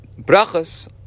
brachas